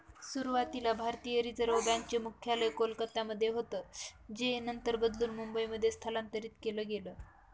सुरुवातीला भारतीय reserve bank चे मुख्यालय कोलकत्यामध्ये होतं जे नंतर बदलून मुंबईमध्ये स्थलांतरीत केलं गेलं